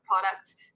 products